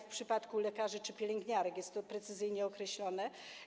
W przypadku lekarzy czy pielęgniarek jest to precyzyjnie określone.